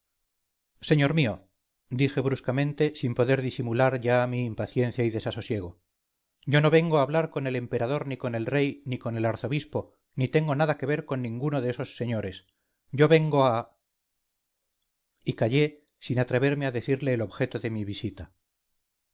señor mío dije bruscamente sin poder disimular ya mi impaciencia y desasosiego yo no vengo a hablar con el emperador ni con el rey ni con el arzobispo ni tengo nada que ver con ninguno de esos señores yo vengo a y callé sin atreverme a decirle el objeto de mi visita